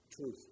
truth